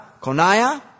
Coniah